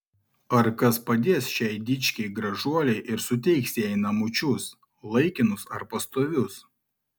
ar kas padės šiai dičkei gražuolei ir suteiks jai namučius laikinus ar pastovius